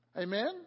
Amen